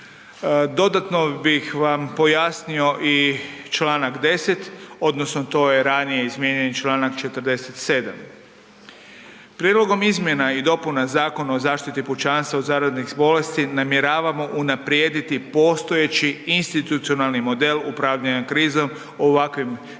Dodatno bih vam pojasnio i čl. 10., odnosno to je ranije izmijenjeni čl. 47. Prijedlogom izmjena i dopuna Zakona o zaštiti pučanstva od zaraznih bolesti namjeravamo unaprijediti postojeći institucionalni model upravljanja krizom u ovakvim